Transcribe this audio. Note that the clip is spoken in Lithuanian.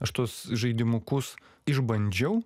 aš tuos žaidimukus išbandžiau